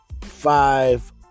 Five